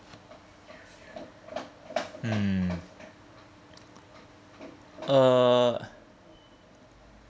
hmm uh